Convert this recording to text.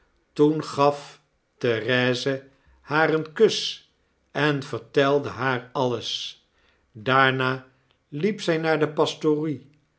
toen gaf therese haar een kus en vertelde haar alies daarna liep zy naar de pastorie